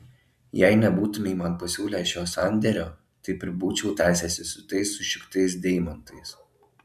jei nebūtumei man pasiūlęs šio sandėrio taip ir būčiau tąsęsis su tais sušiktais deimantais